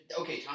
okay